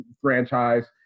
franchise